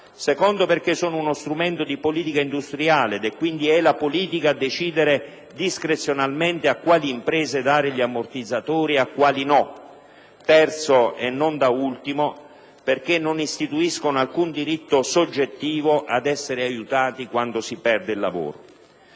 secondo luogo, sono uno strumento di politica industriale ed è quindi la politica a decidere discrezionalmente a quali imprese dare gli ammortizzatori; in terzo luogo, e non da ultimo, non istituiscono alcun diritto soggettivo ad essere aiutati quando si perde il lavoro.